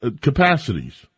capacities